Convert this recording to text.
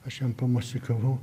aš jam pamosikavau